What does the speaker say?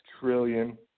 trillion